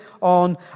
on